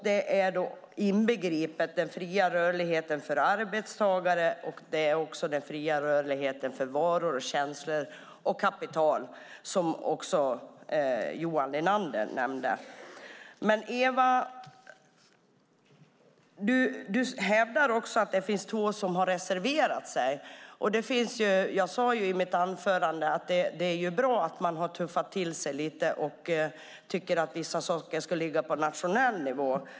Det inbegriper den fria rörligheten för arbetstagare och för varor, tjänster och kapital, vilket även Johan Linander nämnde. Du sade också att det finns två partier som reserverat sig. Jag sade i mitt anförande att det är bra att man tuffat till sig lite och tycker att vissa saker ska ligga på nationell nivå.